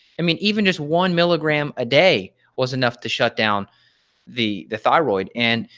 i mean, even just one milligram a day was enough to shutdown the the thyroid. and,